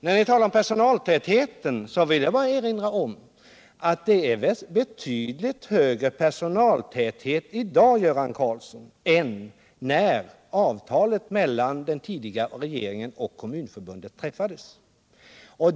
När ni talar om personaltätheten vill jag bara erinra om att det är betydligt högre personaltäthet i dag än när avtalet mellan den tidigare regeringen och Kommunförbundet träffades.